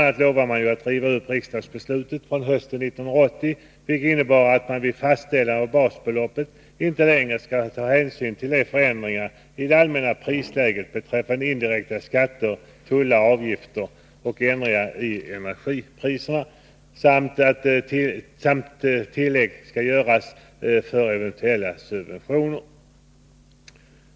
a. lovade man att riva upp riksdagsbeslutet från hösten 1980, vilket innebar att man vid fastställande av basbeloppet inte längre skulle ta någon hänsyn till förändringar i det allmänna prisläget beträffande indirekta skatter, tullar, avgifter och ändringar i energipriser samt att tillägg skulle göras för eventuella subventioner.